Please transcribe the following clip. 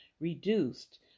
reduced